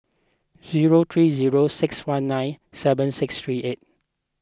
zero three zero six one nine seven six three eight